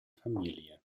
familie